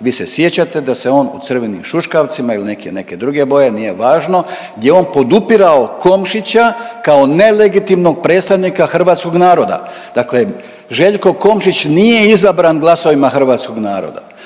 Vi se sjećate da se on u crvenim šuškavcima ili neke druge boje, nije važno, gdje je on podupirao Komšića kao nelegitimnog predstavnika hrvatskog naroda. Dakle, Željko Komšić nije izabran glasovima Hrvatskog naroda,